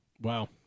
Wow